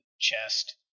chest